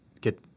get –